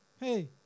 Hey